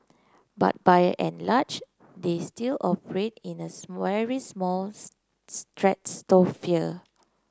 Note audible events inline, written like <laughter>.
but by and large they still operate in a <unintelligible> very small <unintelligible> stratosphere